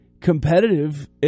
competitive